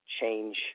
change